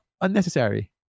unnecessary